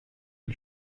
une